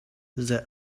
the